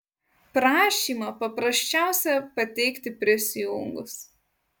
prašymą paprasčiausia pateikti prisijungus